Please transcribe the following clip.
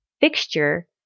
fixture